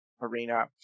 arena